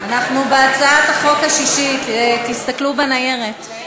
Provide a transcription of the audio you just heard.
אנחנו בהצעת החוק השישית, תסתכלו בניירת.